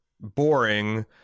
boring